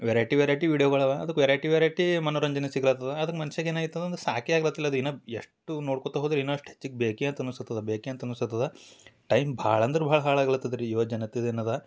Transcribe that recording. variety variety ವೀಡಿಯೊಗಳು ಅವ ಅದಕ್ಕೆ ವೆರೈಟಿ ವೆರೈಟಿ ಮನೋರಂಜನೆ ಸಿಗ್ಲತದ ಆದ್ರ ಮನ್ಷ್ಯಾಗ ಏನು ಆಗಿತ್ತು ಅಂದ್ರ ಸಾಕೇ ಆಗ್ಲತ್ತಿಲ್ಲ ಅದು ಇನ್ನಾ ಎಷ್ಟು ನೋಡ್ಕೊತಾ ಹೋದ್ರ ಇನ್ನಷ್ಟು ಹೊತ್ತಿಗೆ ಬೇಕೇ ಅಂತ ಅನ್ನಿಸತದ ಬೇಕೇ ಅಂತ ಅನ್ನಿಸತದ ಟೈಮ್ ಭಾಳಾ ಅಂದ್ರ ಭಾಳ ಹಾಳಾಗ್ಲತದ ರೀ ಯುವಜನತೆದ ಏನು ಅದ